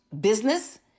business